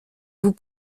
vous